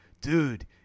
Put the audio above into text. dude